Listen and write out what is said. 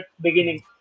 beginning